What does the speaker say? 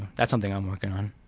that's something i'm working on.